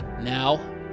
Now